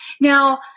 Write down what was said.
Now